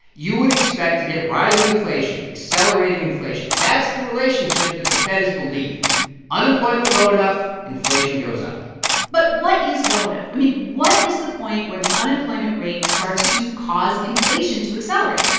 you would expect to get rising inflation, accelerating inflation. that's the relationship that the fed has believed unemployment low enough, inflation goes up but what is low enough? i mean, what is the point where the unemployment rate starts to cause inflation to accelerate?